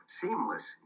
seamless